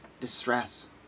distress